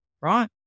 Right